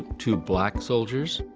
two black soldiers,